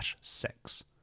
six